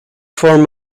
form